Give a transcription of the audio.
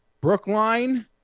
Brookline